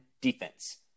defense